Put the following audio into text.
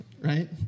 Right